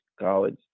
college